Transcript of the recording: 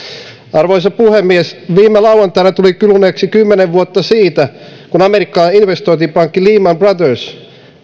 arvoisa puhemies viime lauantaina tuli kuluneeksi kymmenen vuotta siitä kun amerikkalainen investointipankki lehman brothers